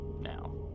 now